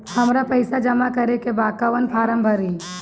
हमरा पइसा जमा करेके बा कवन फारम भरी?